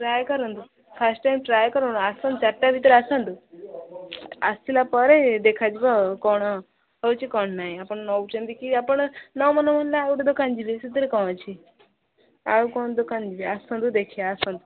try କରନ୍ତୁ first time try କରନ୍ତୁ ଆସନ୍ତୁ ଚାରିଟା ଭିତରେ ଆସନ୍ତୁ ଆସିଲା ପରେ ଦେଖାଯିବ ଆଉ କ'ଣ ହେଉଛି କ'ଣ ନାଇଁ ଆପଣ ନେଉଛନ୍ତି କି ଆପଣ ନ ମନକୁ କଲେ ଆଉ ଗୋଟେ ଦୋକାନ ଯିବେ ସେଥିରେ କ'ଣ ଅଛି ଆଉ କ'ଣ ଦୋକାନ ଯିବେ ଆସନ୍ତୁ ଦେଖିବା ଆସନ୍ତୁ